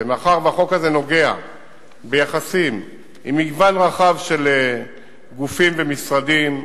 ומאחר שהחוק הזה נוגע ביחסים עם מגוון רחב של גופים ומשרדים,